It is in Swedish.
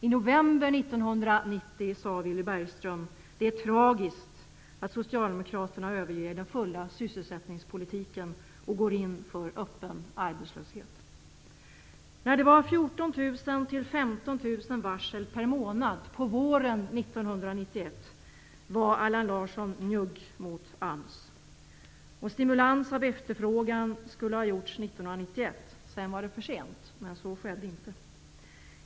I november 1990 sade Villy Bergström: ''Det är tragiskt att socialdemokraterna överger den fulla sysselsättningspolitiken och går in för öppen arbetslöshet.'' När det på våren var 14 000--15 000 varsel per månad var Allan Larsson njugg mot AMS. Och man borde ha stimulerat efterfrågan 1991, därför att sedan skulle det vara för sent. Men så skedde inte.